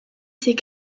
ses